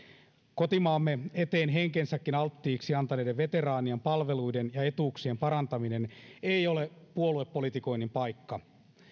kotimaamme eteen henkensäkin alttiiksi antaneiden veteraanien palveluiden ja etuuksien parantaminen ei ole puoluepolitikoinnin paikka